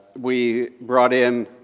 we brought in,